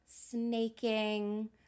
snaking